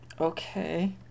okay